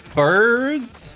birds